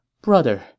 Brother